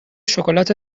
شکلات